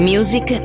Music